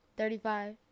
Thirty-five